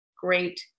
great